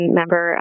member